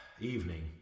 evening